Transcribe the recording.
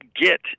get